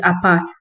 apart